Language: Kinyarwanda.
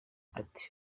ati